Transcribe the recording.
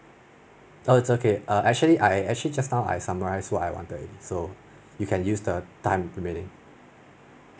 uh it's okay err actually I actually just now I summaries what I wanted already so you can use the time remaining